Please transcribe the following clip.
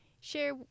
share